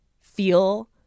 feel